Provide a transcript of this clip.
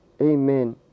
Amen